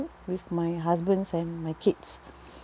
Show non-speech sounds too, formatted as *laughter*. with my husbands and my kids *breath*